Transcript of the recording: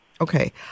Okay